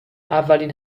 اولین